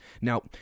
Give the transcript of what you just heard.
Now